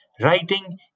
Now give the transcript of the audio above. writing